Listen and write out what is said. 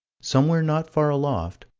somewhere not far aloft,